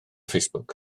facebook